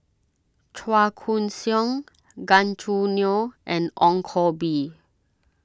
Chua Koon Siong Gan Choo Neo and Ong Koh Bee